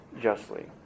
justly